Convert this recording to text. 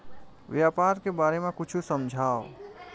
व्यापार के बारे म कुछु समझाव?